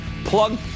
plug